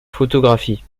photographie